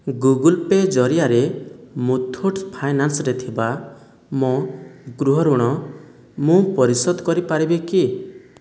Google Pay ଜରିଆରେ ମୁଥୁଟ୍ ଫାଇନାନ୍ସରେ ଥିବା ମୋ ଗୃହ ଋଣ ମୁଁ ପରିଶୋଧ କରିପାରିବି କି